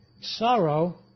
sorrow